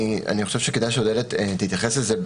אני חושב שכדאי שאודליה תתייחס לזה,